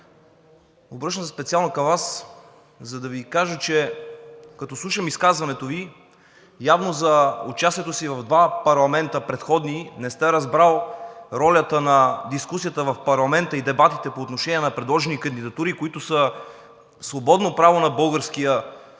обръщам се специално към Вас, за да ви кажа, че като слушам изказването Ви, явно за участието си в два предходни парламента не сте разбрали ролята на дискусията в парламента и дебатите по отношение на предложени кандидатури, които са свободно право на българския народен